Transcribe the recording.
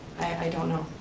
i don't know,